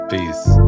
Peace